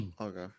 Okay